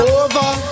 over